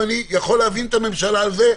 ואני יכול להבין את הממשלה בעניין הזה,